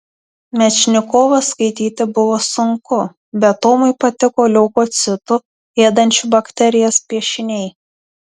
mečnikovą skaityti buvo sunku bet tomui patiko leukocitų ėdančių bakterijas piešiniai